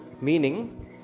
meaning